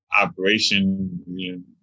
operation